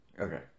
Okay